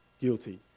guilty